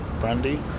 brandy